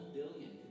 billion